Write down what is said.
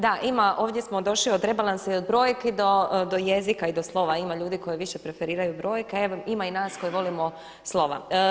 Da, ima, ovdje smo došli od rebalanska i od brojki do jezika i do slova, ima ljudi koji više preferiraju brojke a evo ima i nas koji volimo slova.